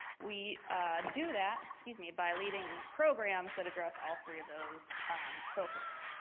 we do that excuse me, by leading programs that address all three of those focus